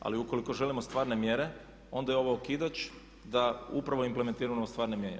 Ali ukoliko želimo stvarne mjere onda je ovo okidač da upravo implementiramo stvarne mjere.